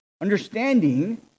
understanding